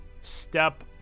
step